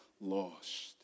lost